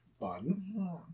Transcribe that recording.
bun